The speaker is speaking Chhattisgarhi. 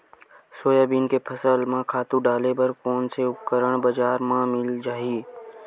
सोयाबीन के फसल म खातु डाले बर कोन से उपकरण बजार म मिल जाहि?